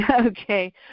Okay